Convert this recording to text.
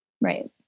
Right